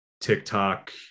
TikTok